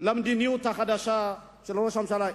למדיניות החדשה של ראש הממשלה.